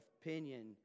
opinion